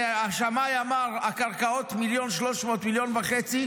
השמאי אמר: הקרקעות, 1.3 מיליון, 1.5 מיליון.